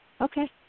okay